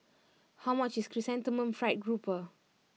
how much is Chrysanthemum Fried Grouper